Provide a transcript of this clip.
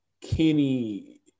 Kenny